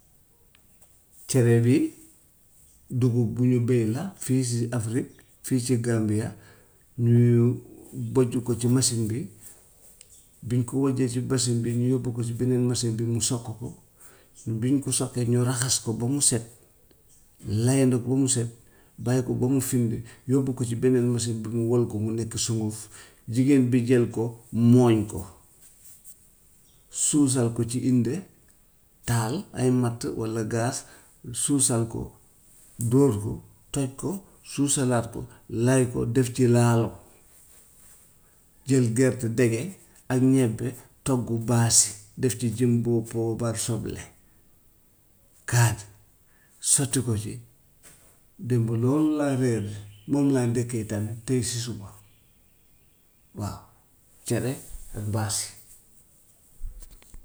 Cere bi dugub bu ñu béy la fii si afrique, fii si gambia, ñu bojj ko ci machine bi, bi ñu ko bojjee si machine bi ñu yóbbu ko si beneen machine bi mu soq ko, bi ñu ko soqee ñu raxas ko ba mu set, leyandi ko ba mu set, bàyyi ko ba mu findi, ñu yóbbu ko si beneen machine bi mu wal ko mu nekk sunguf. Jigéen bi jël ko mooñ ko, suusal ko si inde, taal ay matt walla gaz suusal ko, dóor ko, toj ko, suusalaat ko, lay ko def ci laalo jël gerte dege ak ñebe togg baase, def ci jumbo, poobar, soble, kaani, sotti ko ci. Démb loolu laa reeree, moom laa ndékkee tamit tey si suba, waaw cere ak baase.